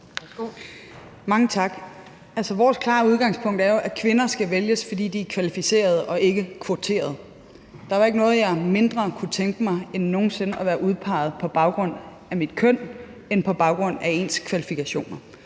Vores klare udgangspunkt er jo, at kvinder skal vælges, fordi de er kvalificeret og ikke kvoteret. Der var ikke noget, jeg nogen sinde mindre kunne tænke mig end at være udpeget på baggrund af mit køn end på baggrund af mine kvalifikationer.